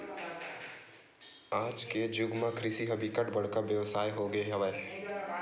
आज के जुग म कृषि ह बिकट बड़का बेवसाय हो गे हवय